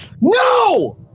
No